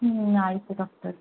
ಹ್ಞೂ ಆಯಿತು ಡಾಕ್ಟರ್